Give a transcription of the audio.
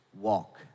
Walk